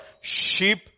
sheep